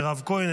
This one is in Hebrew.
מירב כהן,